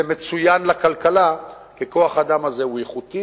זה מצוין לכלכלה, כי כוח האדם הזה הוא איכותי,